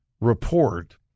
report